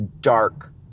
dark